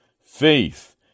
faith